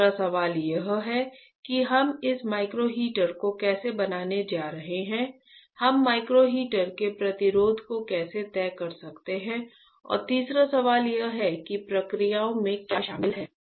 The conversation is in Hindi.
दूसरा सवाल यह है कि हम इस माइक्रो हीटर को कैसे बनाने जा रहे हैं हम माइक्रो हीटर के प्रतिरोध को कैसे तय कर सकते हैं और तीसरा सवाल यह है कि प्रक्रियाओं में क्या शामिल है